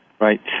Right